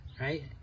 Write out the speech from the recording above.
right